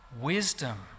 wisdom